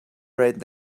right